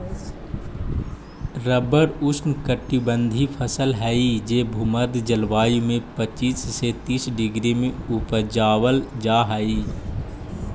rubber ऊष्णकटिबंधी फसल हई जे भूमध्य जलवायु में पच्चीस से तीस डिग्री में उपजावल जा हई